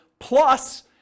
plus